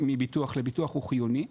מביטוח לביטוח הוא חיוני,